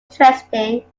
interesting